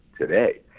today